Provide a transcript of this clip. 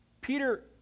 Peter